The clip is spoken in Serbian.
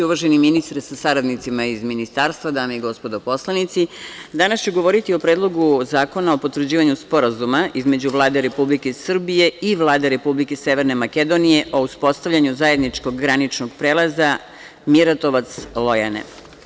Uvaženi ministre sa saradnicima iz Ministarstva, dame i gospodo poslanici, danas ću govoriti o Predlogu zakona o potvrđivanju sporazuma između Vlade Republike Srbije i Vlade Republike Severne Makedonije o uspostavljanju zajedničkog graničnog prelaza Miratovac-Lojane.